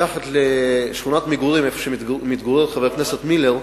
מתחת לשכונת מגורים, איפה שמתגורר חבר הכנסת מילר,